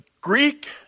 Greek